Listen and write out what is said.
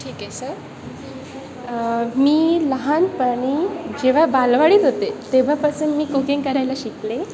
ठीक आहे सर मी लहानपणी जेव्हा बालवाडीत होते तेव्हापासून मी कुकिंग करायला शिकले